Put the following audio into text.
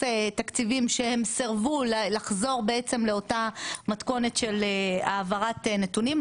תקציבים שסירבו לחזור לאותה מתכונת של העברת נתונים,